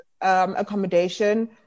accommodation